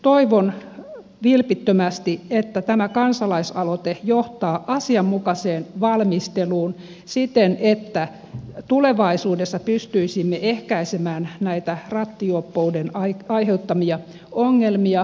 toivon vilpittömästi että tämä kansalaisaloite johtaa asianmukaiseen valmisteluun siten että tulevaisuudessa pystyisimme ehkäisemään näitä rattijuoppouden aiheuttamia ongelmia